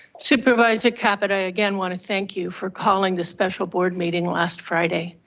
supervisor caput, i again wanna thank you for calling the special board meeting last friday.